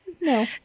No